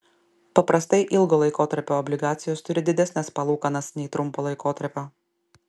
paprastai ilgo laikotarpio obligacijos turi didesnes palūkanas nei trumpo laikotarpio